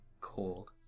cold